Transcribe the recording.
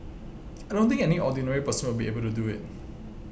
I don't think any ordinary person will be able to do it